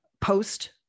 post